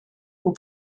aux